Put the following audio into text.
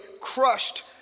crushed